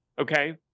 okay